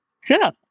sure